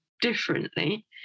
differently